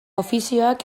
ofizioak